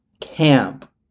camp